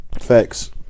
Facts